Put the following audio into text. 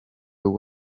ubu